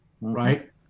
right